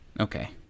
Okay